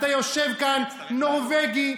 אתה יושב כאן, נורבגי.